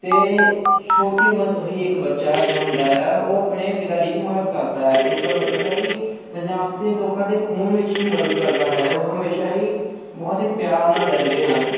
ਅਤੇ ਛੋਟੀ ਉਮਰ ਤੋਂ ਹੀ ਇੱਕ ਬੱਚਾ ਜੋ ਹੁੰਦਾ ਆ ਉਹ ਆਪਣੇ ਪਿਤਾ ਜੀ ਦੀ ਮਦਦ ਕਰਦਾ ਹੈ ਇਸ ਦਾ ਮਤਲਬ ਹੈ ਕਿ ਪੰਜਾਬ ਦੇ ਲੋਕਾਂ ਦੇ ਖੂਨ ਵਿੱਚ ਹੀ ਮਦਦ ਕਰਨਾ ਹੈ ਉਹ ਹਮੇਸ਼ਾ ਹੀ ਬਹੁਤ ਹੀ ਪਿਆਰ ਨਾਲ ਰਹਿੰਦੇ ਹਨ